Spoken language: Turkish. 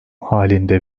halinde